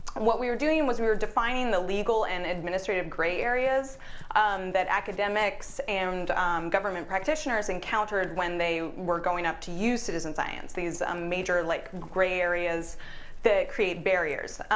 what we are doing, was we were defining the legal and administrative gray areas that academics and government practitioners encountered when they were going up to use citizen science, these major like gray areas that create barriers.